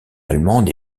allemande